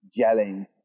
gelling